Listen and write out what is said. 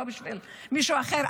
לא בשביל מישהו אחר.